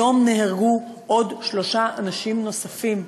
היום נהרגו שלושה אנשים נוספים.